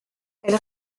elle